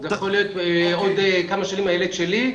זה יכול להיות עוד כמה שנים הילד שלי,